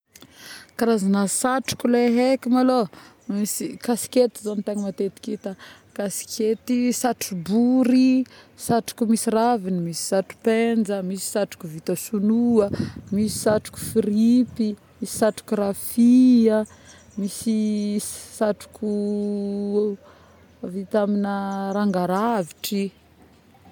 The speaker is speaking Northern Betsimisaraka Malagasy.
Karazagny satroko le haiky malôha misy kaskety zô tena matetiky hita, kaskety satrobory, satroko misy raviny, misy satro-penja misy satroko vita sinoa, misy satroko firipy, misy satroko rafia misyy sa..satroko vita amina ranga-ravitry